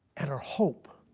and our hope.